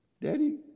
daddy